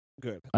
good